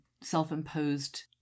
self-imposed